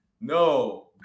No